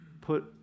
put